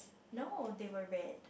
no they were red